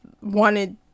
wanted